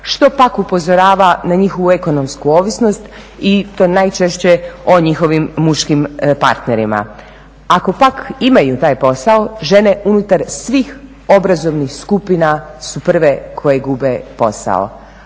što pak upozoravana na njihovu ekonomsku ovisnost i to najčešće o njihovim muškim partnerima. Ako pak imaju taj posao, žene unutar svih obrazovnih skupina su prve koje gube posao.